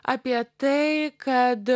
apie tai kad